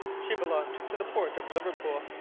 she belonged to the port of liverpool.